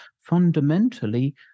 fundamentally –